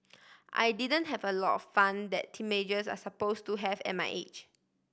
I didn't have a lot of fun that teenagers are suppose to have at my age